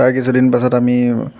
তাৰে কিছুদিন পাছত আমি